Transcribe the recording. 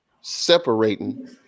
separating